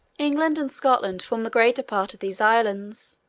england and scotland form the greater part of these islands.